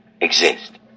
exist